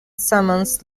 summons